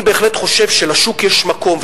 אני בהחלט חושב שלשוק יש מקום,